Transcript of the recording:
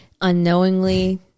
Unknowingly